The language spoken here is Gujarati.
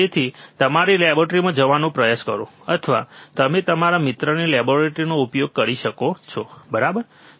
તેથી તમારી લેબોરેટરીમાં જવાનો પ્રયાસ કરો અથવા તમે તમારા મિત્રની લેબોરેટરીનો ઉપયોગ કરી શકો છો બરાબર